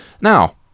Now